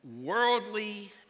worldly